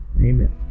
Amen